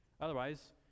Otherwise